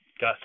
got